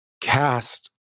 cast